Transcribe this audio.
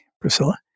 Priscilla